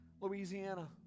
Louisiana